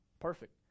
Perfect